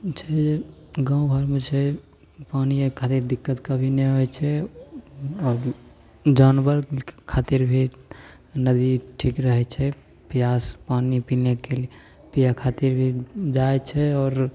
छै जे गाँव घरमे छै पानि आओरके दिक्कत कभी नहि होइ छै आओर जानवर खातिर भी नदी ठीक रहय छै प्यास पानि पीनेके लिये पिय खातिर भी जाइ छै आओर